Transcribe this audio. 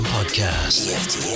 Podcast